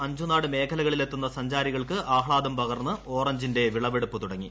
അഞ്ചുനാട് മേഖലകളിലെത്തുന്ന സഞ്ചാരികൾക്ക് ആഫ്ലാദം പകർന്ന് ഓറഞ്ചിന്റെ വിളവെടുപ്പു തുടങ്ങി